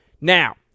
Now